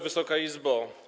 Wysoka Izbo!